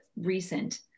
recent